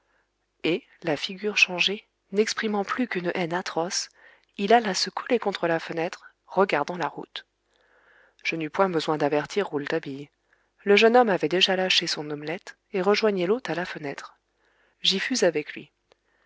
et la figure changée n'exprimant plus qu'une haine atroce il alla se coller contre la fenêtre regardant la route je n'eus point besoin d'avertir rouletabille le jeune homme avait déjà lâché son omelette et rejoignait l'hôte à la fenêtre j'y fus avec lui